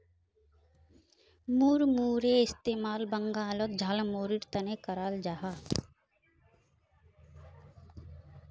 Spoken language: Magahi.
मुड़मुड़ेर इस्तेमाल बंगालोत झालमुढ़ीर तने कराल जाहा